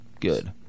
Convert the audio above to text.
good